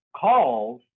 calls